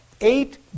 eight